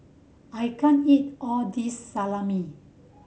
I can't eat all this Salami